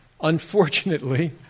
unfortunately